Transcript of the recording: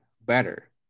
better